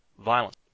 violence